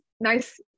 nice